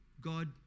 God